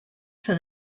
for